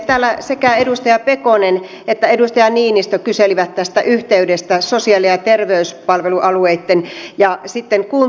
täällä sekä edustaja pekonen että edustaja niinistö kyselivät tästä yhteydestä sosiaali ja terveyspalvelualueitten ja sitten kuntien osalta